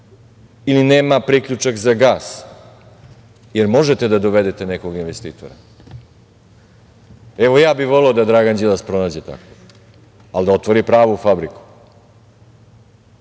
ili nema priključak za gas. Da li možete da dovedete nekog investitora? Evo, ja bih voleo da Dragan Đilas pronađe takvog, ali da otvori pravu fabriku.